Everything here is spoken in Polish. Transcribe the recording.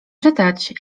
czytać